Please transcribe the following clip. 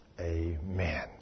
amen